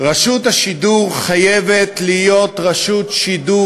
רשות השידור חייבת להיות רשות שידור